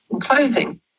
closing